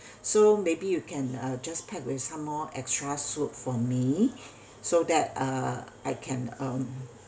so maybe you can uh just pack with some more extra soup for me so that uh I can um